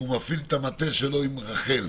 אם הוא מפעיל את המטה שלו עם רח"ל,